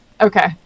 okay